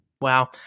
Wow